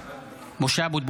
(קורא בשמות חברי הכנסת) משה אבוטבול,